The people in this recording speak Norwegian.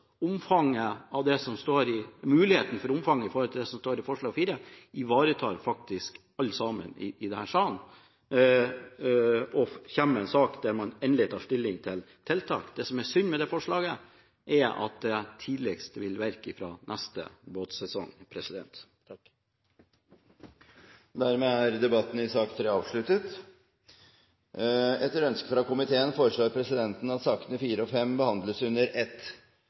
Omfanget av det som står i forslag nr. 4, ivaretar faktisk alle i denne salen, og det vil komme en sak der man endelig tar stilling til tiltak. Det som er synd med det forslaget, er at det tidligst vil virke fra neste båtsesong. Flere har ikke bedt om ordet til sak nr. 3. Etter ønske fra næringskomiteen foreslår presidenten at sakene nr. 4 og 5 behandles under ett.